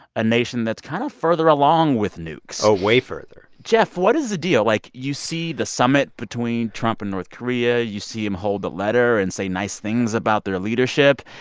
a nation that's kind of further along with nukes oh, way further geoff, what is the deal? like, you see the summit between trump and north korea. you see him hold the letter and say nice things about their leadership.